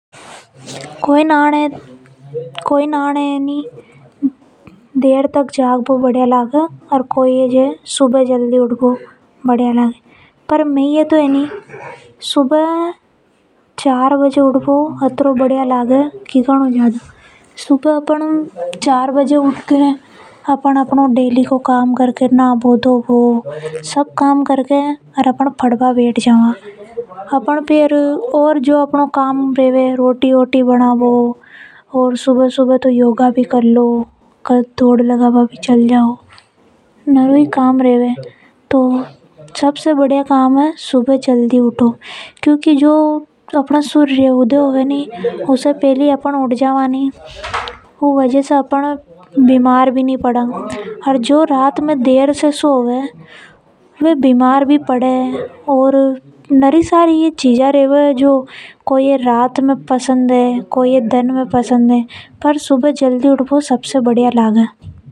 कोई ना ए नी रात में जागबो बढ़िया लागे ओर कोई ये सुबह जल्दी उठने बढ़िया लागे। पर में तो ए नि सुबह चार बजे उठ बो घनों ज़्यादा बढ़िया लागे। सुबह अपन चार बजे उठकर अपनो डेली को काम कर ला नहा भी ला। सब काम करके अपन पढ़ना न बैठ जावा। और फेर रोटी बना बो दौड़ लगाने असो नरो ही काम रेवे। तो सबसे बढ़िया काम है सुबह जल्दी उठ बो। अपन सूर्योदय से पहली उठ जावा तो बीमार भी नि पड़ा ओर अच्छों मन भी लागे इसलिए अपन ये जल्दी उठ नो चाव है।